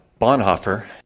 Bonhoeffer